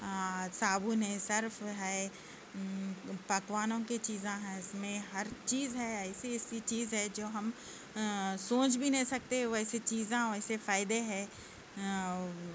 صابن ہے صرف ہے پاکوانوں کے چیزاں ہیں اس میں ہر چیز ہے ایسی ایسی چیز ہے جو ہم سوچ بھی نہیں سکتے ویسے چیزاں ویسے فائدے ہے